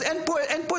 אז אין פה יריבויות,